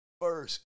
first